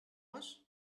was